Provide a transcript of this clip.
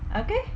okay